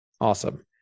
awesome